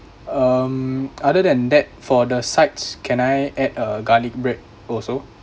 um other than that for the sides can I add a garlic bread also